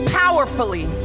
powerfully